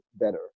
better